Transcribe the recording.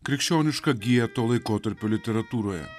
krikščionišką giją to laikotarpio literatūroje